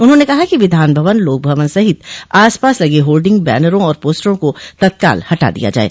उन्होंने कहा कि विधानभवन लोकभवन सहित आस पास लगे होर्डिंग बैनरों और पोस्टरों को तत्काल हटा दिया जाये